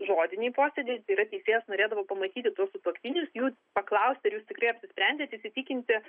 žodiniai posėdžiai tai yra teisėjas norėdavo pamatyti tuos sutuoktinius jų paklausti ar jūs tikrai nusprendėte įsitikinti